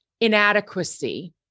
inadequacy